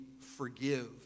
forgive